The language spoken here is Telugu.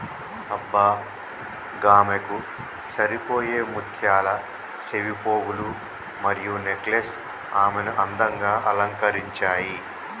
అబ్బ గామెకు సరిపోయే ముత్యాల సెవిపోగులు మరియు నెక్లెస్ ఆమెను అందంగా అలంకరించాయి